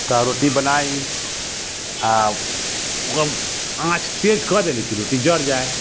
तऽ रोटी बनाइ आ ओकर आँच तेज कऽ देली की रोटी जड़ जाय